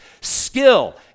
skill